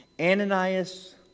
Ananias